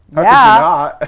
yeah, ah